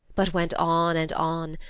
but went on and on,